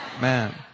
Man